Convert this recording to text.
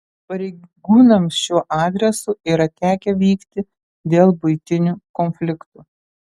pareigūnams šiuo adresu yra tekę vykti dėl buitinių konfliktų